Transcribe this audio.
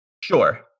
Sure